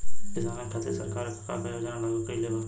किसानन के खातिर सरकार का का योजना लागू कईले बा?